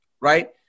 right